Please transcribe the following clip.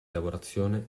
lavorazione